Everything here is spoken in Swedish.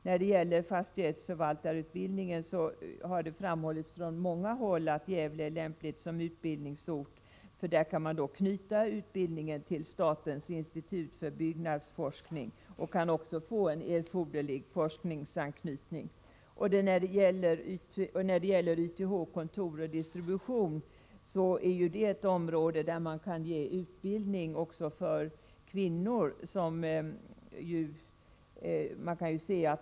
När det gäller fastighetsförvaltarutbildningen har det från många håll framhållits att Gävleborgs län är ett lämpligt utbildningsområde, för där kan man knyta utbildningen till statens institut för byggnadsforskning. Därmed får man alltså den erforderliga forskningsanknytningen. När det gäller utbildningarna YTH, kontor och distribution är det områden som ger utbildning också för kvinnor.